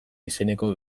izeneko